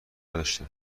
نداشتم